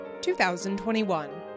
2021